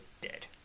dead